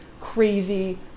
crazy